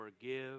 forgive